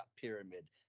pyramid